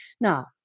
Now